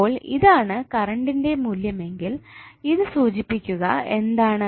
അപ്പോൾ ഇതാണ് കറണ്ടിന്റെ മൂല്യമെങ്കിൽ ഇത് സൂചിപ്പിക്കുക എന്താണ്